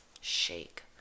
shake